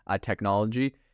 technology